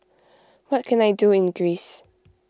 what can I do in Greece